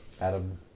Adam